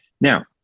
Now